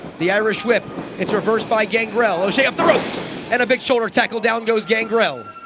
the irish whip its reversed by gangrel, oshea off the ropes and a big shoulder tackle down goes gangrel